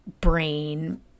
brain